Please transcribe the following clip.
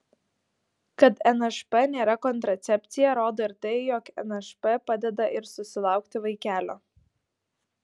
kad nšp nėra kontracepcija rodo ir tai jog nšp padeda ir susilaukti vaikelio